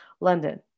london